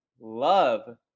love